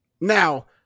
Now